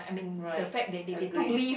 right agree